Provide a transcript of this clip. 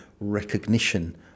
recognition